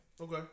okay